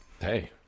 hey